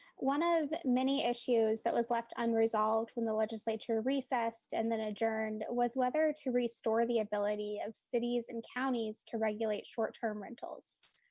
one of many issues that was left unresolved when the legislature recessed and then adjourned was whether to restore the ability of cities and counties to regulate short term rentals.